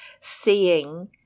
seeing